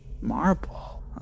marble